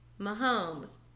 Mahomes